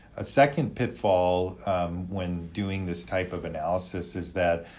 a second pitfall when doing this type of analysis is that,